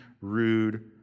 rude